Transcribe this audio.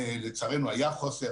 לצערנו היה חוסר,